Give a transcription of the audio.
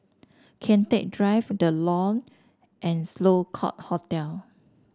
Kian Teck Drive The Lawn and Sloane Court Hotel